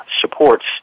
supports